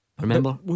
Remember